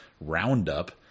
roundup